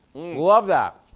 love that!